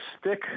stick